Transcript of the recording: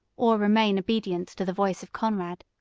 or remain obedient to the voice of conrad.